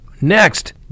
Next